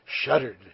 shuddered